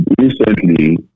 recently